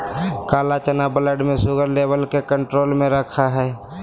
काला चना ब्लड में शुगर लेवल के कंट्रोल में रखैय हइ